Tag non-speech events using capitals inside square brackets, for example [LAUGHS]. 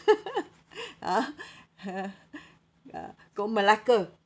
ah [LAUGHS] ya go malacca